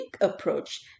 approach